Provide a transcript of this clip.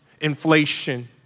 inflation